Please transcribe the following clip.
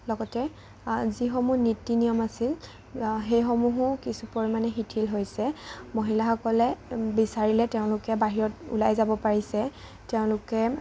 লগতে যিসমূহ নীতি নিয়ম আছিল সেইসমূহো কিছু পৰিমাণে শিথিল হৈছে মহিলাসকলে বিচাৰিলে তেওঁলোকে বাহিৰত ওলাই যাব পাৰিছে তেওঁলোকে